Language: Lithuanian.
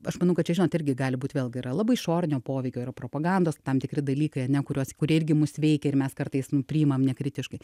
aš manau kad čia žinot irgi gali būt vėlgi yra labai išorinio poveikio yra propagandos tam tikri dalykai ar ne kuriuos kurie irgi mus veikia ir mes kartais nu priimam nekritiškai